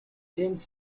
james